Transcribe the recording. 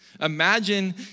Imagine